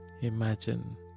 Imagine